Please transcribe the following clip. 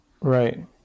right